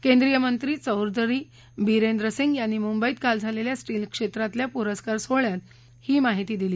केंद्रिय मंत्री चौधरी बिरेंदर सिंग यांनी मुंबईत काल झालेल्या स्टील क्षेत्रातल्या पुरस्कार सोहळ्यात ही माहिती दिली